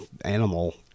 animal